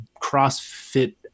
CrossFit